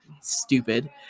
stupid